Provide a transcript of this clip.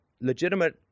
legitimate